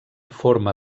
forma